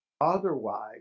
Otherwise